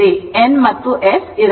N ಮತ್ತು S ಇರಬೇಕು